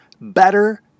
better